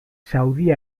saudi